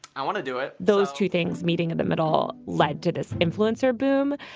i want to do it. those two things, meeting of the middle led to this influencer boom.